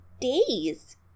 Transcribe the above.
days